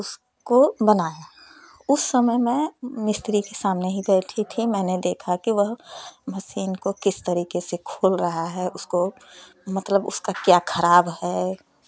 उसको बनाया उस समय मैं मिस्त्री के सामने ही बैठी थी मैंने देखा कि वह मशीन को किस तरीके से खोल रहा है उसको मतलब उसका क्या खराब है